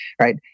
right